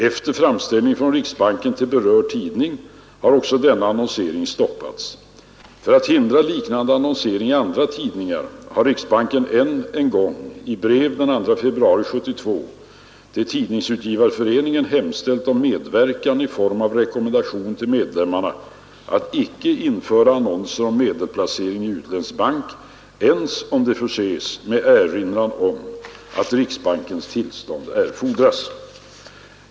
Efter framställning från riksbanken till berörd tidning har också denna annonsering stoppats. För att hindra liknande annonsering i andra tidningar har riksbanken än en gång i brev den 2 februari 1972 till Tidningsutgivareföreningen hemställt om medverkan i form av rekommendation till medlemmarna att icke införa annonser om medelsplacering i utländsk bank ens om de förses med erinran om att riksbankens tillstånd erfordras.